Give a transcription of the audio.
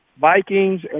Vikings